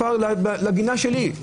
לגינה שלי,